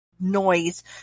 noise